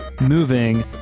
moving